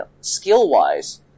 skill-wise